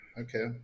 Okay